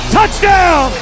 Touchdown